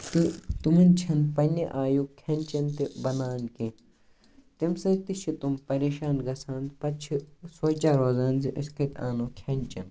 تہٕ تمَن چھےٚ نہٕ پَنٕنہِ آیُک کھٮ۪ن چین تہِ بَنان کیٚنہہ تَمہِ سۭتۍ تہِ چھِ تٔمۍ پِریشان گژھان پَتہٕ چھِ سونچان روزان کہِ أسۍ کَتہِ اَنو کھٮ۪ن چین